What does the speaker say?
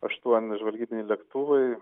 aštuoni žvalgybiniai lėktuvai